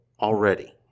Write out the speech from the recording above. already